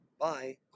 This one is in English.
Bye